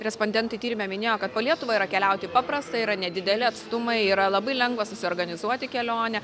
respondentai tyrime minėjo kad po lietuvą yra keliauti paprasta yra nedideli atstumai yra labai lengva susiorganizuoti kelionę